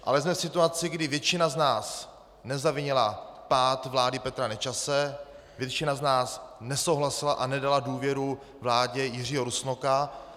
Ale jsme v situaci, kdy většina z nás nezavinila pád vlády Petra Nečase, většina z nás nesouhlasila a nedala důvěru vládě Jiřího Rusnoka.